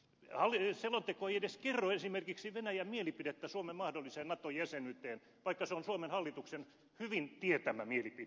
selonteko ei edes kerro esimerkiksi venäjän mielipidettä suomen mahdollisesta nato jäsenyydestä vaikka se on suomen hallituksen hyvin tietämä mielipide